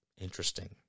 interesting